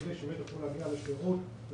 כדי שיוכלו להגיע לקווי שירות אחרים